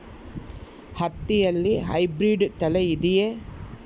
ಹತ್ತಿಯಲ್ಲಿ ಹೈಬ್ರಿಡ್ ತಳಿ ಇದೆಯೇ?